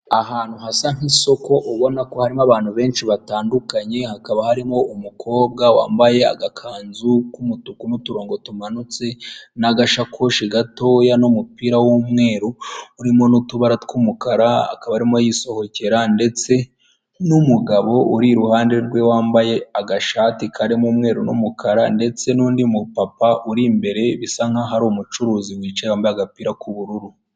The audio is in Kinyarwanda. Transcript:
Ahantu hasa nk'isoko ubona ko harimo abantu benshi batandukanye, hakaba harimo umukobwa wambaye agakanzu k'umutuku n'uturongo tumanutse n'agashakoshi gatoya n'umupira w'umweru urimo n'utubara tw'umukara, akaba arimo yisohokera ndetse n'umugabo uri iruhande rwe wambaye agashati karimo umweru n'umukara ndetse n'undi mupapa uri imbere bisa nkaho ari umucuruzi wicaye wambaye agapira k'ubururu.